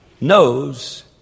knows